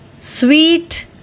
sweet